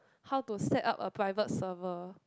how to set up a private server